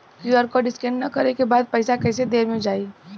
QR code scan न करे क बाद पइसा केतना देर म जाई?